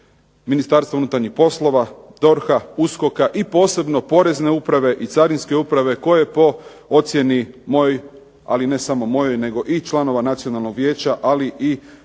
Ministarstva unutarnjih poslova, DORH-a, USKOK-a i posebno Porezne uprave i Carinske uprave koje po ocjeni mojoj, ali ne samo mojoj nego i članova Nacionalnog vijeća, ali i ljudi